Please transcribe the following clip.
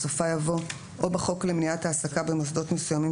בסופה יבוא "או בחוק למניעת העסקה במוסדות מסוימים